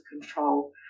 control